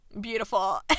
beautiful